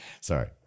Sorry